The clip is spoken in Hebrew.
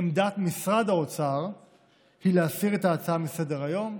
עמדת משרד האוצר היא להסיר את ההצעה מסדר-היום.